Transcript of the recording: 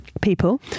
people